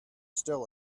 still